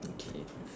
okay